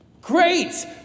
Great